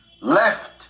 left